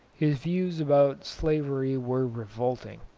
his views about slavery were revolting.